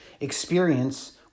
experience